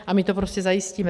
A my to prostě zajistíme.